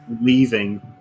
leaving